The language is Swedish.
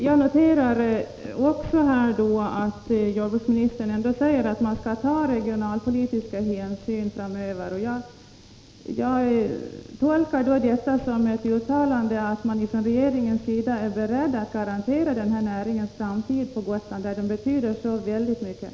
Jag noterar också att jordbruksministern ändå säger att man skall ta regionalpolitiska hänsyn framöver. Jag tolkar det som att regeringen är beredd att garantera den här näringens framtid på Gotland, där den betyder så väldigt mycket.